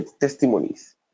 testimonies